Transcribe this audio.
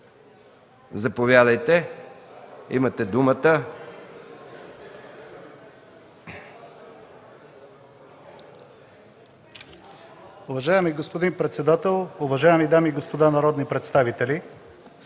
Заповядайте, имате думата,